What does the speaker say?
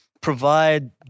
provide